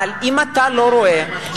אבל אם אתה לא רואה,